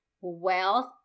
Wealth